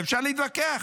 ואפשר להתווכח,